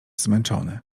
zmęczony